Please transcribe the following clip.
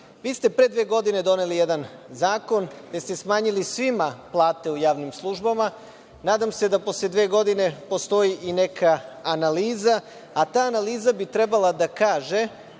ste pre dve godine doneli jedan zakon, gde ste smanjili svima plate u javnim službama. Nadam se da posle dve godine postoji i neka analiza, a ta analiza bi trebala da kaže,